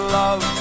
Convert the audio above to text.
love